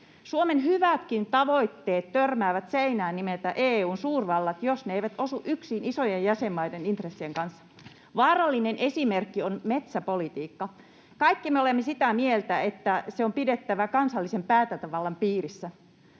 Suomen hyvätkin tavoitteet törmäävät seinään nimeltä EU:n suurvallat, jos ne eivät osu yksiin isojen jäsenmaiden intressien kanssa. Vaarallinen esimerkki on metsäpolitiikka. Kaikki me olemme sitä mieltä, että se on pidettävä kansallisen päätäntävallan piirissä.